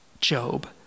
Job